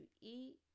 eat